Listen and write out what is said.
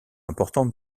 importante